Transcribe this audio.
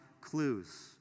clues